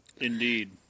Indeed